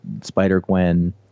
Spider-Gwen